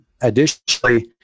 Additionally